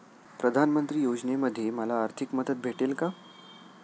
प्रधानमंत्री योजनेमध्ये मला आर्थिक मदत भेटेल का?